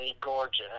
gorgeous